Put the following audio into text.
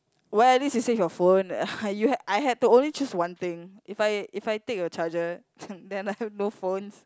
well at least you save your phone you had I had to only choose one thing if I if I take your charger then I've no phones